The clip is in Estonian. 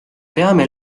peame